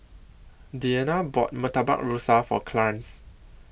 Deanna bought Murtabak Rusa For Clarnce